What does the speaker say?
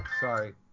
sorry